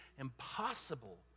impossible